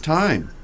time